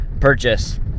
purchase